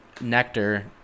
nectar